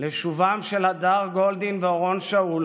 לשובם של הדר גולדין ואורון שאול,